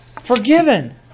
forgiven